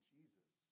Jesus